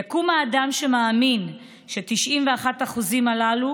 יקום האדם שמאמין ש-91% הללו